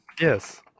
yes